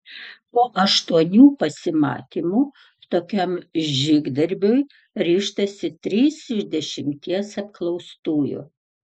po aštuonių pasimatymų tokiam žygdarbiui ryžtasi trys iš dešimties apklaustųjų